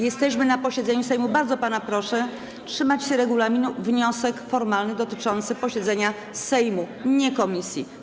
Jesteśmy na posiedzeniu Sejmu, więc bardzo pana proszę trzymać się regulaminu - chodzi o wniosek formalny dotyczący posiedzenia Sejmu, nie komisji.